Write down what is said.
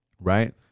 right